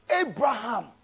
Abraham